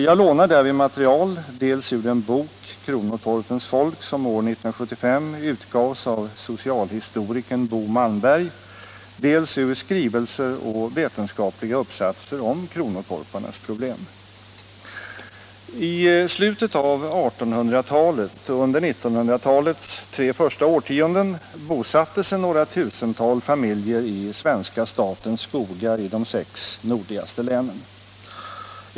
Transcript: Jag lånar därvid materialet dels ur den bok, Kronotorpens folk, som år 1975 utgavs av socialhistorikern Bo Malmberg, dels ur skrivelser och vetenskapliga uppsatser om kronotorparnas problem. I slutet av 1800-talet och under 1900-talets tre första årtionden bosatte sig några tusental familjer i svenska statens skogar i de sex nordligaste länen.